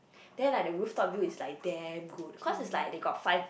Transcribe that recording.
then like the rooftop view is like damn good cause it's like they got five